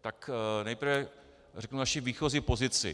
tak nejprve řeknu naši výchozí pozici.